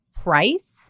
price